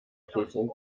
prüfung